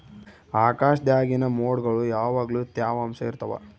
ಆಕಾಶ್ದಾಗಿನ ಮೊಡ್ಗುಳು ಯಾವಗ್ಲು ತ್ಯವಾಂಶ ಇರ್ತವ